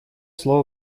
слово